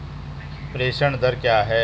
प्रेषण दर क्या है?